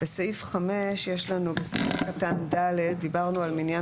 בסעיף 5 בסעיף קטן (ד) דיברנו על מניין